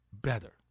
better